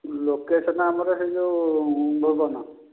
location ଆମର ସେ ଯେଉଁ ଭୂବନ